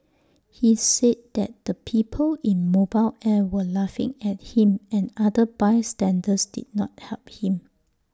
he said that the people in mobile air were laughing at him and other bystanders did not help him